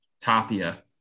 Tapia